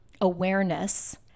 awareness